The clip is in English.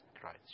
Christ